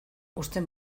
uzten